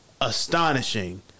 astonishing